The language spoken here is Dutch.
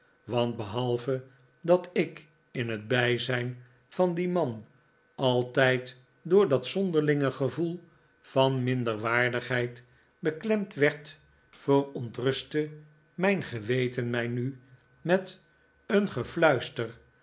want behalve dat ik in het bijzijn van dien man altijd door dat zonderlinge gevoei van minderwaardigheid beklemd werd verontrustte mijn geweten mij nu met een gefluister